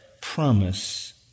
promise